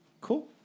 Cool